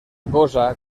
cosa